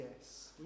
yes